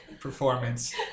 Performance